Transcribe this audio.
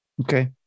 Okay